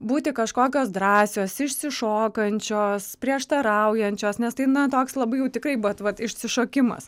būti kažkokios drąsios išsišokančios prieštaraujančios nes tai na toks labai jau tikrai vat vat išsišokimas